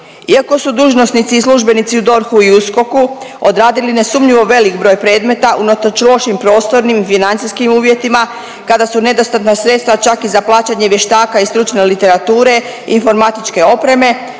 Iako su dužnosnici i službenici u DORH-u i USKOK-u odradili nesumnjivo velik broj predmeta unatoč lošim prostornim i financijskim uvjetima, kada su nedostatna sredstva čak i za plaćanje vještaka i stručne literature, informatičke opreme,